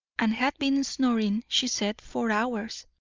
and had been snoring, she said, four hours.